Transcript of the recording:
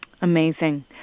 Amazing